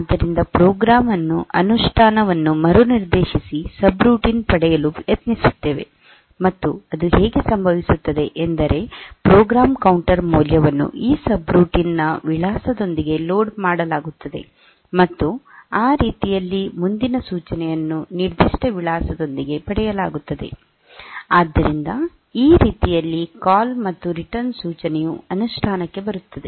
ಆದ್ದರಿಂದ ಪ್ರೋಗ್ರಾಂ ಅನುಷ್ಠಾನವನ್ನು ಮರುನಿರ್ದೇಶಿಸಿ ಸಬ್ರೂಟೀನ್ ಪಡೆಯಲು ಯತ್ನಿಸುತ್ತೆವೆ ಮತ್ತು ಅದು ಹೇಗೆ ಸಂಭವಿಸುತ್ತದೆ ಎಂದರೆ ಪ್ರೋಗ್ರಾಂ ಕೌಂಟರ್ ಮೌಲ್ಯವನ್ನು ಈ ಸಬ್ರೂಟೀನ್ ನ ವಿಳಾಸದೊಂದಿಗೆ ಲೋಡ್ ಮಾಡಲಾಗುತ್ತದೆ ಮತ್ತು ಆ ರೀತಿಯಲ್ಲಿ ಮುಂದಿನ ಸೂಚನೆಯನ್ನು ನಿರ್ದಿಷ್ಟ ವಿಳಾಸದಿಂದ ಪಡೆಯಲಾಗುತ್ತದೆ ಆದ್ದರಿಂದ ಈ ರೀತಿಯಲ್ಲಿ ಕಾಲ್ ಮತ್ತು ಈ ರಿಟರ್ನ್ ಸೂಚನೆಯು ಅನುಷ್ಠಾನಕ್ಕೆ ಬರುತ್ತದೆ